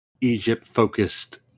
Egypt-focused